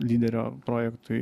lyderio projektui